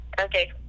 okay